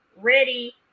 ready